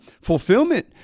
fulfillment